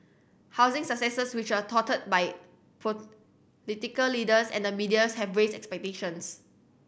housing successes which were touted by political leaders and the medias have raised expectations